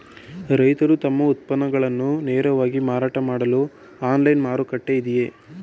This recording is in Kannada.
ರೈತರು ತಮ್ಮ ಉತ್ಪನ್ನಗಳನ್ನು ನೇರವಾಗಿ ಮಾರಾಟ ಮಾಡಲು ಆನ್ಲೈನ್ ಮಾರುಕಟ್ಟೆ ಇದೆಯೇ?